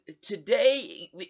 today